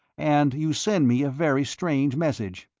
and you send me a very strange message.